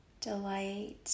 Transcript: delight